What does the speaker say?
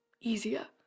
easier